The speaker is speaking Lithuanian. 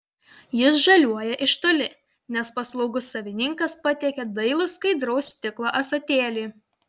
jis žaliuoja iš toli nes paslaugus savininkas patiekia dailų skaidraus stiklo ąsotėlį